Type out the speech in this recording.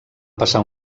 passar